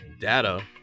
data